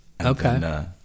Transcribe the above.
Okay